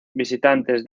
visitantes